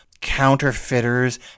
counterfeiters